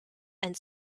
and